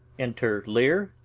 enter lear,